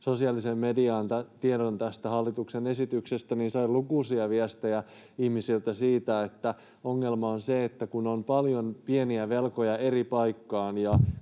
sosiaaliseen mediaan tiedon tästä hallituksen esityksestä, sain lukuisia viestejä ihmisiltä siitä, että ongelma on se, että kun on paljon pieniä velkoja eri paikkoihin,